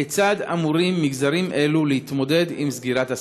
כיצד אמורים מגזרים אלו להתמודד עם סגירת הסניפים?